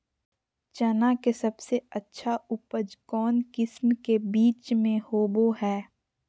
चना के सबसे अच्छा उपज कौन किस्म के बीच में होबो हय?